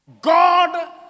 God